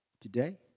today